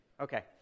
Okay